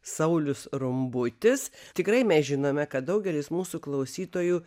saulius rumbutis tikrai mes žinome kad daugelis mūsų klausytojų